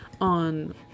on